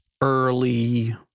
early